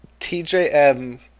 TJM